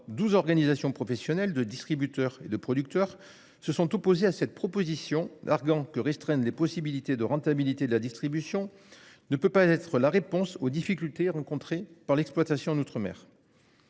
12 organisations professionnelles de distributeurs et de producteurs se sont opposés à cette proposition, arguant que restreindre les possibilités de rentabilité de la distribution ne peut pas être la réponse aux difficultés rencontrées par l'exploitation d'outre-mer.